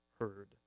heard